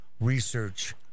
research